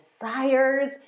desires